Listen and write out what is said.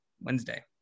Wednesday